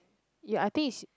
ya I think is